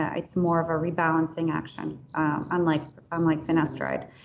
ah it's more of a rebalancing action unlike unlike finasteride.